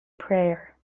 prayer